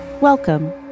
Welcome